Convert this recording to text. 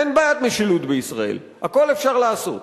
אין בעיית משילות בישראל, הכול אפשר לעשות.